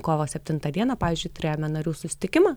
kovo septintą dieną pavyzdžiui turėjome narių susitikimą